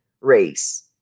race